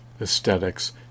aesthetics